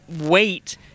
wait